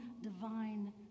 divine